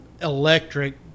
electric